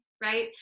right